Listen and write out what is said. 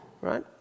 right